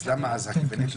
אז למה --- לא.